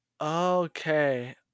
Okay